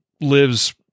lives